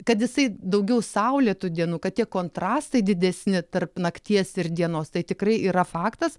kad jisai daugiau saulėtų dienų kad tie kontrastai didesni tarp nakties ir dienos tai tikrai yra faktas